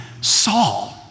Saul